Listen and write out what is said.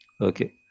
okay